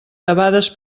debades